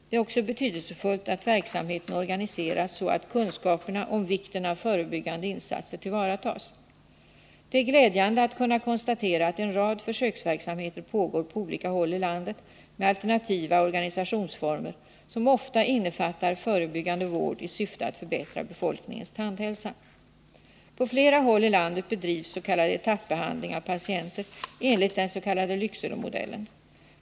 Det är också betydelsefullt att verksamheten organiseras så att kunskaperna om vikten av förebyggande insatser tillvaratas. Det är glädjande att kunna konstatera att en rad försöksverksamheter pågår på olika håll i landet med alternativa organisationsformer som ofta innefattar förebyggande vård i syfte att förbättra befolkningens tandhälsa. På flera håll i landet bedrivs s.k. etappbehandling av patienter enligt den 47. s.k. Lyckselemodellen.